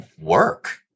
work